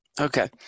Okay